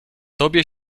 tobie